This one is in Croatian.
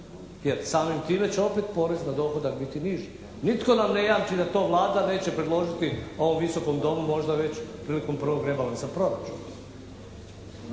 Jer samim time će opet porez na dohodak biti niži. Nitko nam ne jamči da to Vlada neće predložiti ovom Viskom domu možda već prilikom prvog rebalansa proračuna.